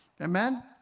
amen